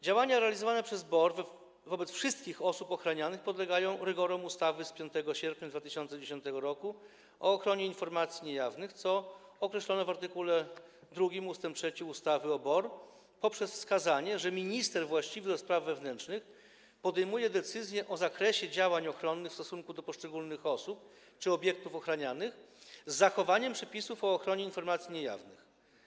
Działania realizowane przez BOR wobec wszystkich osób ochranianych podlegają rygorom ustawy z 5 sierpnia 2010 r. o ochronie informacji niejawnych, co określono w art. 2 ust. 3 ustawy o BOR poprzez wskazanie, że minister właściwy do spraw wewnętrznych podejmuje decyzje o zakresie działań ochronnych w stosunku do poszczególnych osób czy obiektów ochranianych z zachowaniem przepisów o ochronie informacji niejawnych.